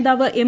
നേതാവ് എം